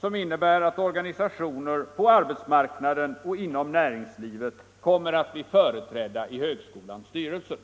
som innebär att organisationer på arbetsmarknaden och inom näringslivet kommer att bli företrädda i högskolans styrelse.